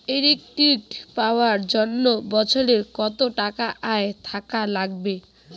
Credit পাবার জন্যে বছরে কত টাকা আয় থাকা লাগবে?